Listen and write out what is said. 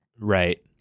Right